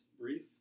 brief